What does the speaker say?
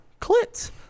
clit